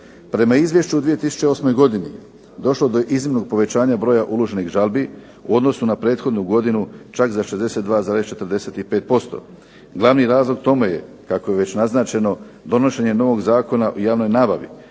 Prema izvješću u 2008. godini došlo je do iznimnog povećanja broja uloženih žalbi u odnosu na prethodnu godinu čak za 62,45%. Glavni razlog tome je kako je već naznačeno donošenje novog Zakona o javnoj nabavi